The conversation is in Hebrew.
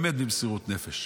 באמת במסירות נפש,